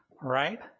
Right